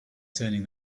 turning